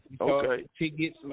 Okay